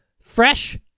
fresh